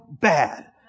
bad